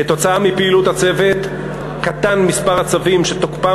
כתוצאה מפעילות הצוות קטן מספר הצווים שתוקפם